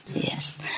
Yes